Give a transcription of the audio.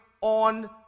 on